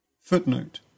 Footnote